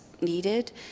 needed